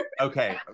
Okay